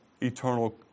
eternal